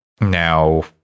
now